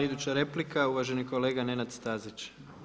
Iduća replika je uvaženi kolega Nenad Stazić.